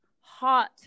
Hot